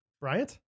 Bryant